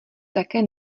také